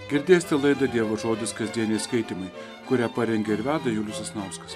girdėsite laidą dievo žodis kasdieniai skaitymai kurią parengė ir veda julius sasnauskas